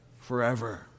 forever